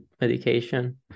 medication